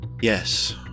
yes